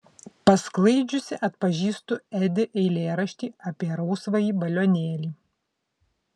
pasklaidžiusi atpažįstu edi eilėraštį apie rausvąjį balionėlį